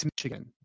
Michigan